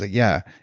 ah yeah.